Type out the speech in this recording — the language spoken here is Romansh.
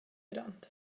grond